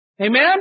Amen